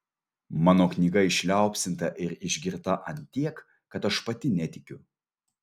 mano knyga išliaupsinta ir išgirta ant tiek kad aš pati netikiu